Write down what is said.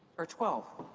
or twelve.